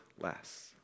less